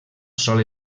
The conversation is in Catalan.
sol